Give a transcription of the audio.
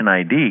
ID